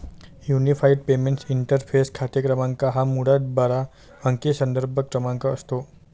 unified payments interface खाते क्रमांक हा मुळात बारा अंकी संदर्भ क्रमांक असतो